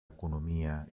economia